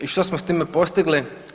I što smo s time postigli?